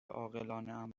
عاقلانهام